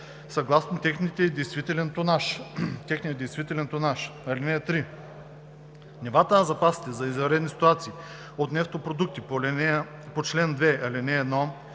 съгласно техния действителен тонаж. (3) Нивата на запасите за извънредни ситуации от нефтопродукти по чл. 2, ал. 1,